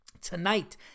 tonight